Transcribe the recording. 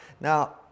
now